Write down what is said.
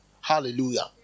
Hallelujah